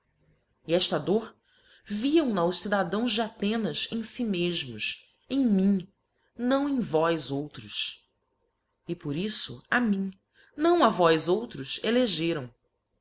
e efta dor viam na os cidadãos de athenas em fi mefmos em mim não em vós outros e por iflb a mim não a vós outros elegeram